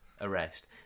Arrest